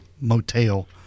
motel